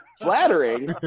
Flattering